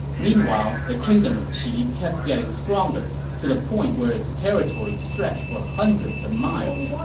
meanwhile, the kingdom of qi kept getting stronger, to the point where its territory stretched for hundreds of miles,